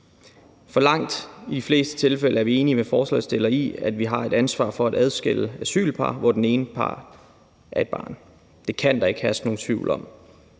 I langt de fleste tilfælde er vi enige med forslagsstillerne i, at vi har et ansvar for at adskille asylpar, hvor den ene part er et barn. Det kan der ikke herske nogen tvivl om.